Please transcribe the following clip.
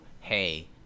hey